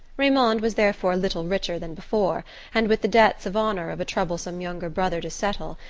raymond was therefore little richer than before, and with the debts of honour of a troublesome younger brother to settle,